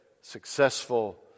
successful